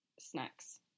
snacks